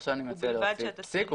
וכאן אני מציע להוסיף - פסיק,